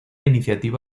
iniciativa